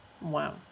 Wow